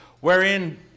wherein